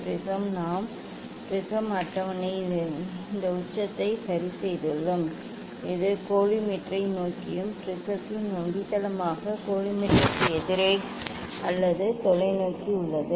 prism நாம் prism அட்டவணையில் இந்த உச்சத்தை சரி செய்துள்ளோம் இது கோலிமேட்டரை நோக்கியும் ப்ரிஸத்தின் அடித்தளமாகவும் கோலிமேட்டருக்கு எதிரே அல்லது தொலைநோக்கி நோக்கி உள்ளது